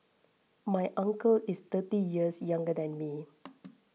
my uncle is thirty years younger than me